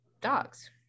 dogs